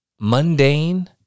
mundane